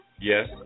Yes